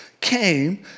came